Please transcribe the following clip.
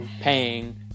paying